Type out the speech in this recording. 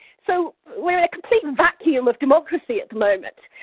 so we're in a complete vacuum of democracy at the moment,